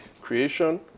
creation